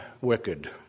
wicked